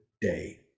day